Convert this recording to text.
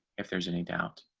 if there's any doubt.